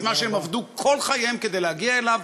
את מה שהם עבדו כל חייהם כדי להגיע אליו